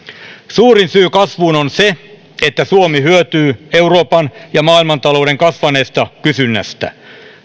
suurin syy kasvuun on se että suomi hyötyy euroopan ja maailmantalouden kasvaneesta kysynnästä